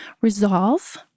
resolve